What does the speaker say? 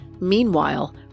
Meanwhile